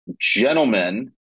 Gentlemen